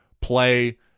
play